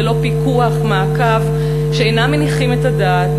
ללא פיקוח ומעקב מניחים את הדעת,